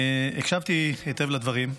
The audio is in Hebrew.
הקשבתי היטב לדברים שלך,